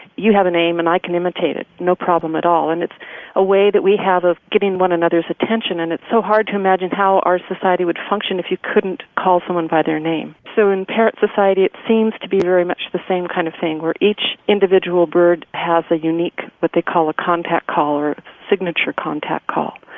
you have a name and i can imitate it, no problem at all. and it's a way that we have of getting one another's attention, and it's so hard to imagine how our society would function if you couldn't call someone by their name. and, so in parrot society, it seems to be very much the same kind of thing, where each individual bird has a unique, what but they call a contact call, or signature contact call,